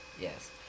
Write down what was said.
Yes